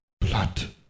Blood